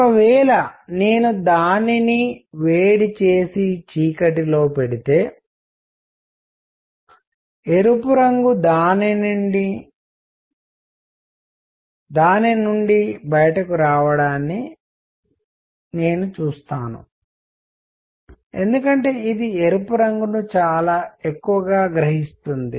ఒక వేళ నేను దానిని వేడి చేసి చీకటిలో పెడితే ఎరుపు రంగు దాని నుండి బయటకు రావడాన్ని నేను చూస్తాను ఎందుకంటే ఇది ఎరుపు రంగును చాలా ఎక్కువగా గ్రహిస్తుంది